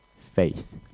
faith